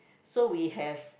so we have